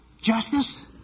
justice